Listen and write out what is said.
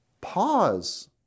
Pause